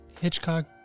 Hitchcock